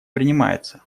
принимается